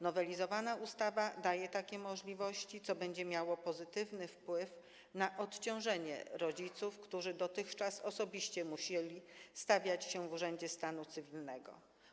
Nowelizowana ustawa daje takie możliwości, co będzie miało pozytywny wpływ na odciążenie rodziców, którzy dotychczas osobiście musieli stawiać się w urzędzie stanu cywilnego.